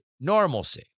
normalcy